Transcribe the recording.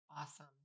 Awesome